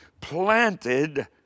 planted